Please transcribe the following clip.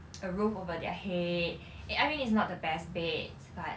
a roof over their head eh I mean it's not the best beds but